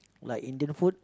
like Indian food